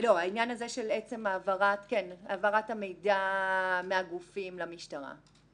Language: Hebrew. העניין הזה של עצם העברת המידע מהגופים למשטרה.